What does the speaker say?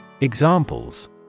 Examples